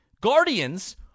Guardians